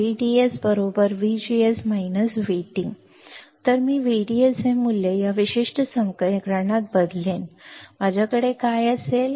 saturation संतृप्ति क्षेत्रासाठी मला माहित आहे VDS VGS VT तर मी VDS चे हे मूल्य या विशिष्ट समीकरणात बदलेन माझ्याकडे काय असेल